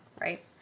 Right